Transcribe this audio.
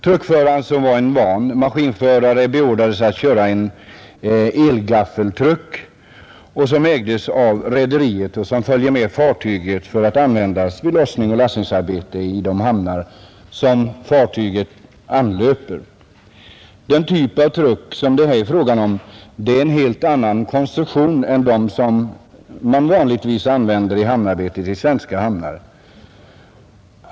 Truckföraren, som var en van maskinförare, beordrades att köra en elgaffeltruck som ägdes av rederiet och som följde med fartyget för att användas vid lossningsoch lastningsarbetet i de hamnar som fartyget anlöpte. Den typ av truck som det här är fråga om har en helt annan konstruktion än den typ som man vanligtvis använder i hamnarbetet i svenska hamnar.